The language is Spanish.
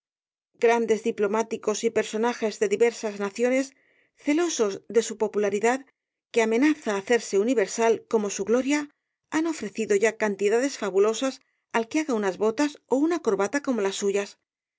grandes diplomáticos y personajes de diversas naciones celosos de su popularidad que amenaza hacerse universal como su gloria han ofrecido ya cantidades fabulosas al que haga unas botas y una corbata como las suyas